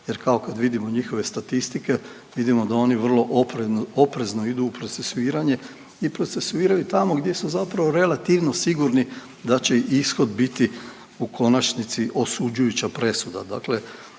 jer kao, kad vidimo njihove statistike, vidimo da oni vrlo oprezno idu u procesuiranje i procesuiraju tamo gdje su zapravo relativno sigurni da će ishod biti u konačnici osuđujuća presuda.